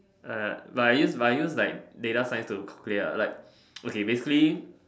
uh but I use but I use like data science to calculate ah like okay basically